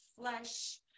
flesh